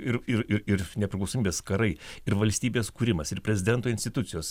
ir ir ir nepriklausomybės karai ir valstybės kūrimas ir prezidento institucijos